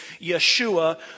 Yeshua